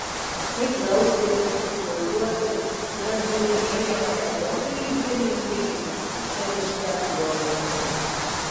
ji klausėsi kaip juokiuosi ir apžiūrinėjo mane tokiu įdėmiu žvilgsniu kad iškart lioviausi